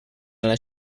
alla